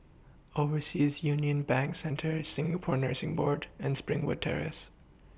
Overseas Union Bank Centre Singapore Nursing Board and Springwood Terrace